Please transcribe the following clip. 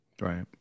right